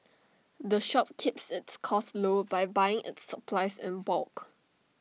the shop keeps its costs low by buying its supplies in bulk